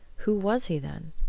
who was he, then?